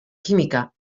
química